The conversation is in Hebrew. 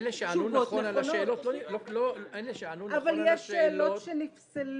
אלה שענו נכון על השאלות לא --- אבל יש שאלות שנפסלו,